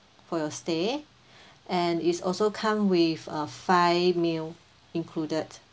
for your stay and it's also come with uh five meal included